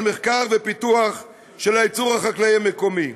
מחקר ופיתוח של הייצור החקלאי המקומי,